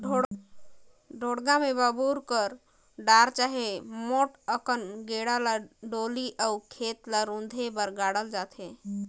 ढोड़गा मे बबूर कर डार चहे मोट अकन गेड़ा ल डोली अउ खेत ल रूधे बर गाड़ल जाथे